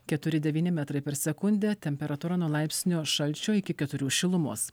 keturi devyni metrai per sekundę temperatūra nuo laipsnio šalčio iki keturių šilumos